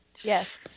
Yes